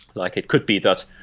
like it could be that,